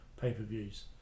pay-per-views